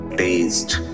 taste